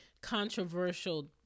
controversial